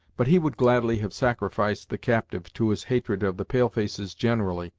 but he would gladly have sacrificed the captive to his hatred of the pale-faces generally,